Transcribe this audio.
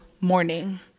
morning